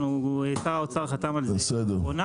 שר האוצר חתם על זה לאחרונה,